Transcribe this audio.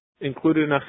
included